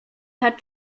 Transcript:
hat